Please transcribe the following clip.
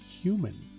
human